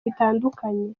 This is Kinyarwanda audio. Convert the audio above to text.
bitandukanye